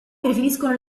preferiscono